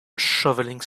shoveling